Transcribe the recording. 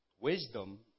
Wisdom